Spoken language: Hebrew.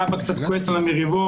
האבא קצת כועס על המריבות,